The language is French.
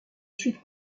suite